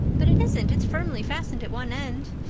but it isn't it's firmly fastened at one end.